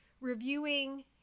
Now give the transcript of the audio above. reviewing